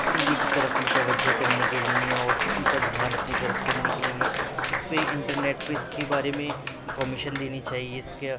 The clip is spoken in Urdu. دلی کی طرف متوجہ کرنے کے لئے اور ان کا دھیان اپنی طرف کرنے کے لئے اس پہ انٹرنیٹ پہ اس کے بارے میں انفارمیشن دینی چاہئے اس کے